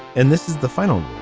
and this is the final.